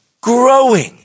growing